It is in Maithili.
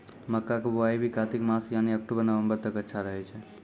मक्का के बुआई भी कातिक मास यानी अक्टूबर नवंबर तक अच्छा रहय छै